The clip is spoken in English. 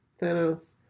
Thanos